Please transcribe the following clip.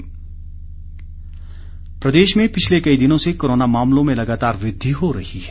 corona प्रदेश प्रदेश में पिछले कई दिनों से कोरोना मामलों में लगातार वृद्धि हो रही है